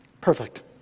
perfect